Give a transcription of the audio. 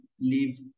leave